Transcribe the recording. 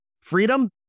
Freedom